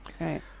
right